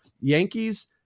Yankees